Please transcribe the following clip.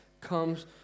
comes